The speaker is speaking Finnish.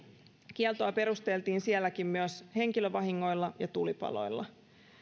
kieltoa perusteltiin sielläkin myös henkilövahingoilla ja tulipaloilla